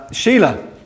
Sheila